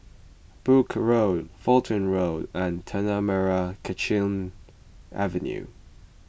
Brooke Road Fulton Road and Tanah Merah Kechil Avenue